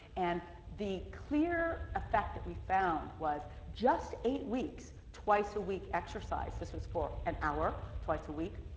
and the clear effect that we found was, just eight weeks twice a week exercise, this was for an hour twice a week,